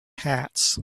hats